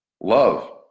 love